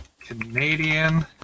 Canadian